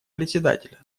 председателя